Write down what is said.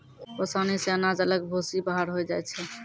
ओसानी से अनाज अलग भूसी बाहर होय जाय छै